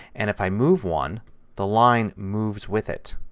and if i move one the line moves with it.